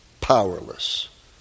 powerless